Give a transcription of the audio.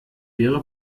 wäre